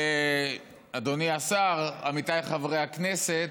אדוני השר, עמיתיי חברי הכנסת,